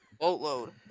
boatload